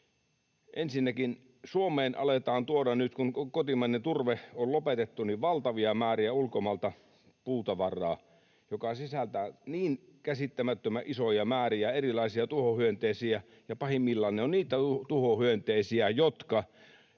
ensinnäkin Suomeen aletaan tuoda nyt, kun kotimainen turve on lopetettu, ulkomailta valtavia määriä puutavaraa, joka sisältää käsittämättömän isoja määriä erilaisia tuhohyönteisiä, ja pahimmillaan ne ovat niitä tuhohyönteisiä, jotka